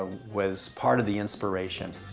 was part of the inspiration.